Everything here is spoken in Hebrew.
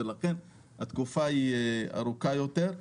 לכן התקופה היא ארוכה יותר.